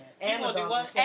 Amazon